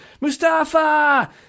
Mustafa